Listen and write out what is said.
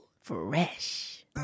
Fresh